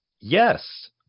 Yes